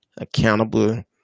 accountable